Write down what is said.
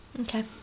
Okay